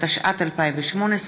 התשע"ט 2018,